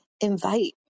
invite